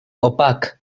opac